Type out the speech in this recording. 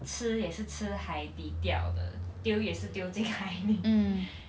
吃也是吃海底钓的丢也是丢进海里